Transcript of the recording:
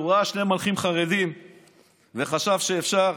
הוא ראה שני מנחים חרדים וחשב שאפשר